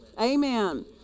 Amen